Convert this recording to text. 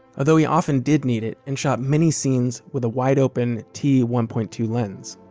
although he often did need it and shot many scenes with a wide-open t one point two lens.